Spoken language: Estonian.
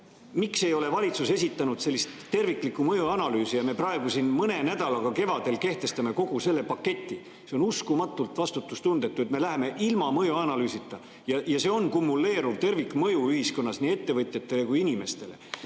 Miks ei ole valitsus esitanud sellist terviklikku mõjuanalüüsi ja me praegu siin kevadel mõne nädalaga kehtestame kogu selle paketi? See on uskumatult vastutustundetu, et me läheme [seda tegema] ilma mõjuanalüüsita. Ja sellel on kumuleeruv tervikmõju ühiskonnas nii ettevõtjatele kui ka inimestele.